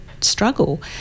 struggle